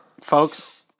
folks